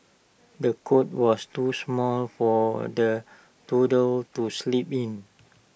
the cot was too small for the toddler to sleep in